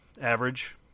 average